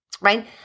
Right